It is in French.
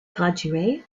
graduée